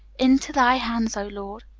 into thy hands, o lord,